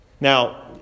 Now